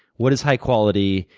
what is high quality?